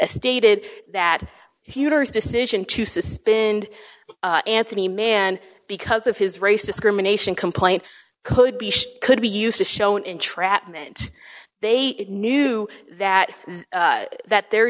stated that he decision to suspend anthony man because of his race discrimination complaint could be could be used to show entrapment they knew that that their